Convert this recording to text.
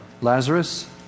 Lazarus